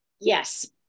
Yes